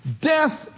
Death